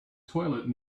toilet